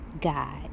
God